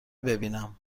ببینم